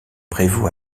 prévôt